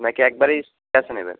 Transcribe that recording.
না কি একবারেই ক্যাশে নেবেন